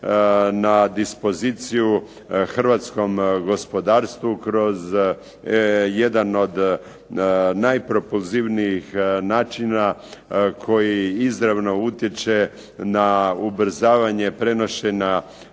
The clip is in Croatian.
na dispoziciju hrvatskom gospodarstvu kroz jedan od najpropozivnijih načina koji izravno utječe na ubrzavanje prenošenja